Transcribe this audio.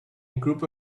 group